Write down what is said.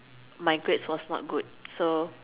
my grades was not good so